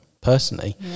personally